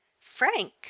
Frank